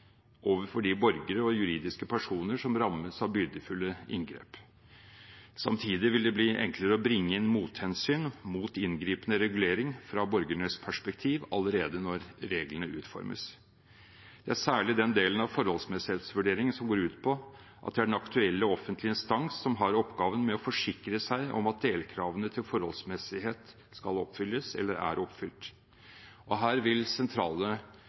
overfor de borgere og juridiske personer som rammes av byrdefulle inngrep. Samtidig vil det bli enklere å bringe inn mothensyn mot inngripende regulering fra borgernes perspektiv allerede når reglene utformes. Det er særlig den delen av forholdsmessighetsvurderingen som går ut på at det er den aktuelle offentlige instans som har oppgaven med å forsikre seg om at delkravene til forholdsmessighet skal oppfylles eller er oppfylt. Her vil sentrale